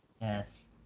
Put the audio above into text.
Yes